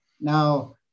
now